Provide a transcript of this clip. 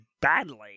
badly